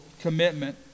commitment